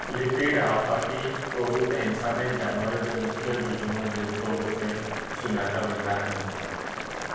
lipid आफ़ाक़ी तौर ते इन्सान ऐं जानवर जे मुख्य जुजनू जे तौर ते सुञाता वेंदा आहिनि